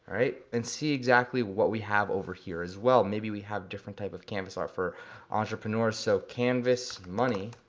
right, and see exactly what we have over here as well, maybe we have different type of canvas that are for entrepreneurs. so canvas money,